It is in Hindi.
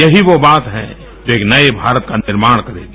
यही वो बात है जो एक नए भारत का निर्माण करेगी